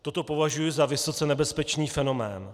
Toto považuji za vysoce nebezpečný fenomén.